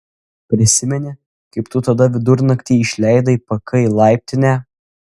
prisimeni kaip tu tada vidurnaktį išleidai pk į laiptinę